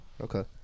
Okay